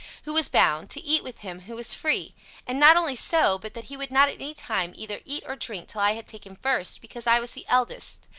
who was bound, to eat with him who was free and not only so, but that he would not at any time either eat or drink till i had taken first, because i was the eldest,